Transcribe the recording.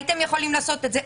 הייתם יכולים לעשות את זה.